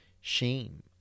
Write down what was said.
shame